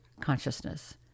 consciousness